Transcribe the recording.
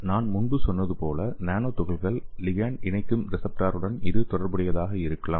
நான் முன்பு சொன்னது போல நானோ துகள்கள் லிகேண்ட் இணைக்கும் ரிசப்டாருடன் இது தொடர்புடையதாக இருக்கலாம்